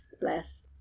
Bless